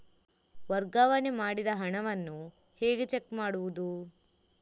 ವರ್ಗಾವಣೆ ಮಾಡಿದ ಹಣವನ್ನು ಹೇಗೆ ಚೆಕ್ ಮಾಡುವುದು?